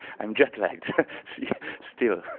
i'm jet lagged still.